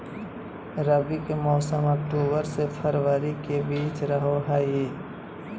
रबी के मौसम अक्टूबर से फरवरी के बीच रहो हइ